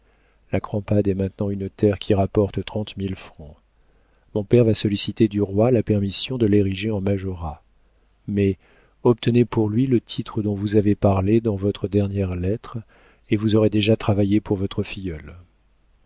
la crampade est maintenant une terre qui rapporte trente mille francs mon père va solliciter du roi la permission de l'ériger en majorat mais obtenez pour lui le titre dont vous avez parlé dans votre dernière lettre et vous aurez déjà travaillé pour votre filleul